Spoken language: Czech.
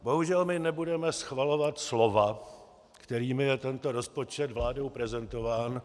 Bohužel my nebudeme schvalovat slova, kterými je tento rozpočet vládou prezentován.